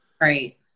Right